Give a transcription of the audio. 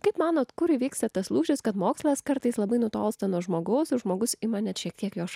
kaip manote kur įvyksta tas lūžis kad mokslas kartais labai nutolsta nuo žmogaus žmogus ima net šiek tiek juos